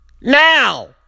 now